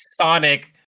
Sonic